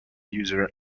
user